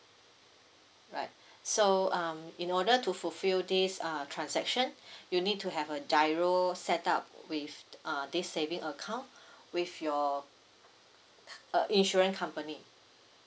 alright so um in order to fulfil this uh transaction you need to have a GIRO set up with uh this saving account with your uh insurance company